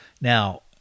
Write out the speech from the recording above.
Now